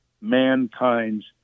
mankind's